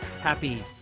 Happy